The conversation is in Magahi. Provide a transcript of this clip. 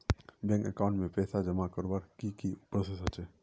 बैंक अकाउंट में पैसा जमा करवार की की प्रोसेस होचे?